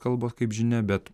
kalbos kaip žinia bet